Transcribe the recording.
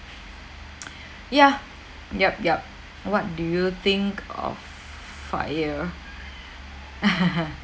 yeah yep yep what do you think of FIRE